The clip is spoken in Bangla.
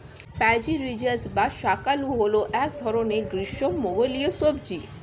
প্যাচিরিজাস বা শাঁকালু হল এক ধরনের গ্রীষ্মমণ্ডলীয় সবজি